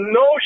no